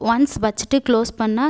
once வச்சுட்டு close பண்ணால்